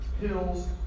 pills